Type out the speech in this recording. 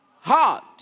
heart